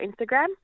Instagram